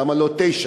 למה לא תשעה?